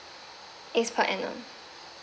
it's per annum